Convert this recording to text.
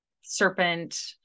serpent